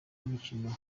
y’umukino